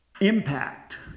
impact